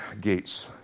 gates